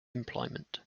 employment